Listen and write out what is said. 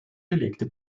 belegte